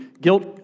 Guilt